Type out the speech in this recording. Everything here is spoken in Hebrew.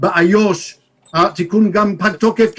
גם באיו"ש התיקון פג תוקף,